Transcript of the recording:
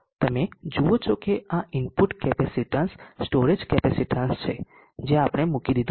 તમે જુઓ છો કે આ ઇનપુટ કેપેસિટીન્સ સ્ટોરેજ કેપેસિટેન્સ છે જે આપણે મૂકી દીધું છે